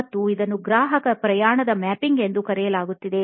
ಮತ್ತು ಇದನ್ನು ಗ್ರಾಹಕ ಪ್ರಯಾಣದ ಮ್ಯಾಪಿಂಗ್ ಎಂದು ಕರೆಯಲಾಗುತ್ತದೆ